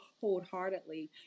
wholeheartedly